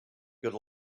good